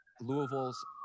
Louisville's